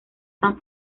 tan